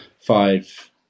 five